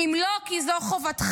אם לא כי זאת חובתך,